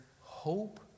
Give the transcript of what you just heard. hope